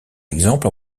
exemple